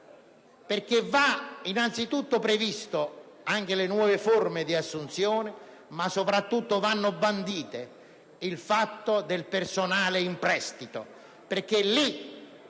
furbi; vanno innanzitutto previste anche nuove forme di assunzione, ma soprattutto va bandito il fenomeno del personale in prestito,